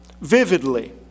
vividly